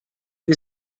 wir